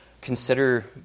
consider